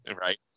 Right